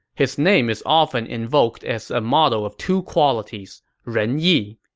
his name is often invoked as a model of two qualities ren yi.